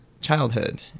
childhood